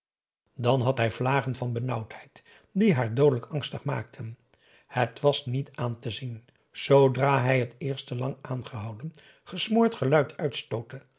dan had hij vlagen van benauwdheid die haar doodelijk angstig maakten het was niet aan te zien zoodra hij het eerste lang aangehouden gesmoord geluid uitstootte